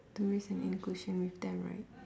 to raise an inclusion with them right